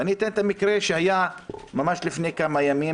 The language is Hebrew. ואני אתן את המקרה שהיה ממש לפני כמה ימים